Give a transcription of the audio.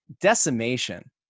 decimation